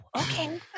Okay